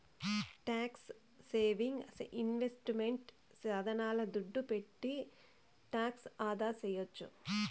tax saving investment సాధనాల దుడ్డు పెట్టి టాక్స్ ఆదాసేయొచ్చు